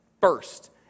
first